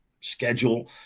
schedule